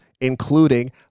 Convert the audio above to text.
including